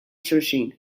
xulxin